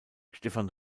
stephan